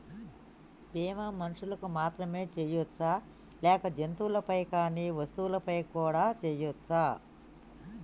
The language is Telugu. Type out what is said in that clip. బీమా మనుషులకు మాత్రమే చెయ్యవచ్చా లేక జంతువులపై కానీ వస్తువులపై కూడా చేయ వచ్చా?